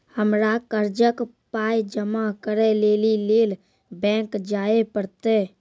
हमरा कर्जक पाय जमा करै लेली लेल बैंक जाए परतै?